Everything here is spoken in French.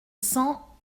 cent